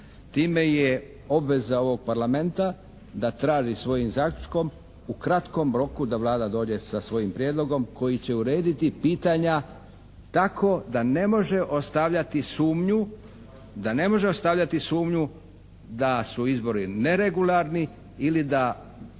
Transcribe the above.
Time je obveza ovog parlamenta da traži svojim zaključkom u kratkom roku da Vlada dođe sa svojim prijedlogom koji će urediti pitanja tako da ne može ostavljati sumnju da su izbori neregularni ili da